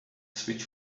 switch